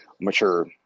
mature